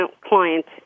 client